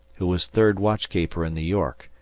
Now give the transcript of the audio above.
who was third watchkeeper in the yorck,